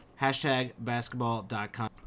hashtagbasketball.com